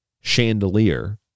chandelier